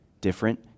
different